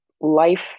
life